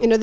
you know